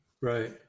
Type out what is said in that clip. Right